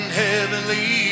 heavenly